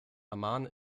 amman